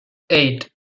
eight